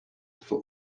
for